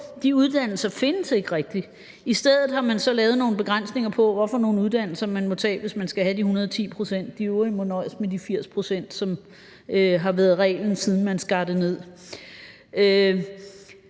de uddannelser findes ikke rigtig. I stedet har man så lavet nogle begrænsninger på, hvilke uddannelser man må tage, hvis man skal have de 110 pct., mens de øvrige må nøjes med de 80 pct., som har været reglen, siden man skar det ned.